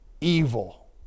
evil